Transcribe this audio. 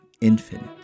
infinite